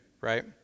right